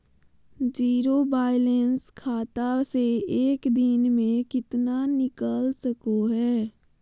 Zero balance खाता से एक दिन में कितना निकाल सको है?